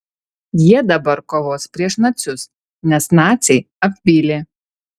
jie dabar kovos prieš nacius nes naciai apvylė